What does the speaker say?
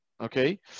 Okay